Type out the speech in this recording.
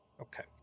Okay